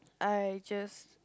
I just